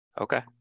Okay